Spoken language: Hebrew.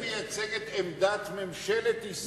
מי מייצג את עמדת ממשלת ישראל?